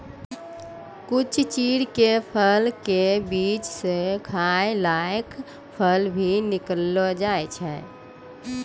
कुछ चीड़ के फल के बीच स खाय लायक फल भी निकलै छै